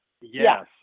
Yes